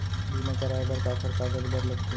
बीमा कराय बर काखर कागज बर लगथे?